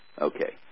Okay